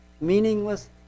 Meaningless